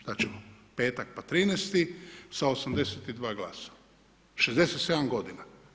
Znači, petak pa 13. sa 82 glasa, 67 godina.